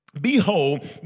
Behold